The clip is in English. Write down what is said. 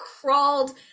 crawled